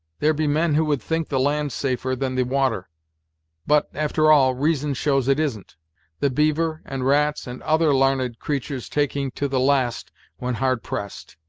there be men who would think the land safer than the water but, after all, reason shows it isn't the beaver, and rats, and other l'arned creatur's taking to the last when hard pressed.